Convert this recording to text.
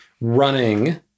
running